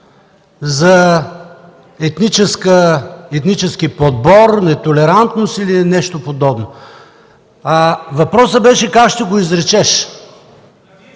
за етнически подбор, нетолерантност или нещо подобно. Въпросът беше как ще го изречеш.